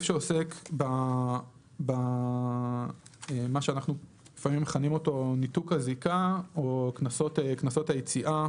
שעוסק במה שאנחנו לפעמים מכנים אותו ניתוק הזיקה או קנסות היציאה